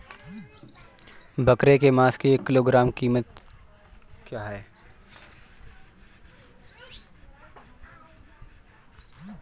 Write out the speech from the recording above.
बकरे के मांस की एक किलोग्राम की कीमत क्या है?